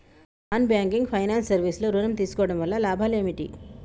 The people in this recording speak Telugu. నాన్ బ్యాంకింగ్ ఫైనాన్స్ సర్వీస్ లో ఋణం తీసుకోవడం వల్ల లాభాలు ఏమిటి?